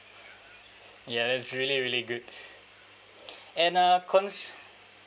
ya it's really really good and uh cons~